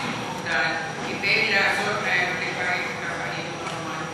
מוגדלים כדי לעזור להם לחיות חיים נורמליים.